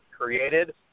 created